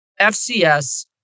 FCS